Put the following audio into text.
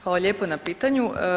Hvala lijepo na pitanju.